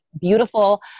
beautiful